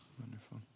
Wonderful